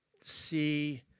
see